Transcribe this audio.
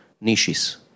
Niches